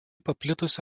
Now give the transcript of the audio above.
paplitusi